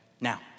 Now